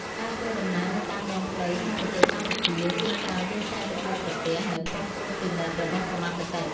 ការធ្វើដំណើរនៅតាមដងផ្លូវក្នុងប្រទេសកម្ពុជា ជួនកាលយើងតែងតែជួបប្រទះនូវប៉ុស្តិ៍ត្រួតពិនិត្យរបស់សមត្ថកិច្ច។